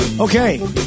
Okay